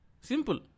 Simple